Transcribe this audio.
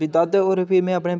दादा होरें फ्ही में अपने